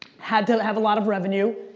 had to have a lot of revenue,